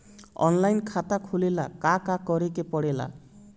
Online खाता खोले ला का का करे के पड़े ला?